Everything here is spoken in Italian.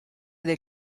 del